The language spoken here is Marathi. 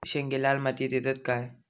शेंगे लाल मातीयेत येतत काय?